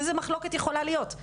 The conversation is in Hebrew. איזו מחלוקת יכולה להיות?